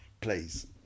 Please